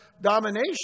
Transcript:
domination